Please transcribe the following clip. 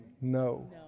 No